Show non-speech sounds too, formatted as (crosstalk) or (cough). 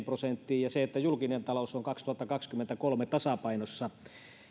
(unintelligible) prosenttiin ja se että julkinen talous on vuonna kaksituhattakaksikymmentäkolme tasapainossa